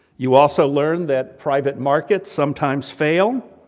you also learn that private markets sometimes fail.